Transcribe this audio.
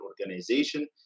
organization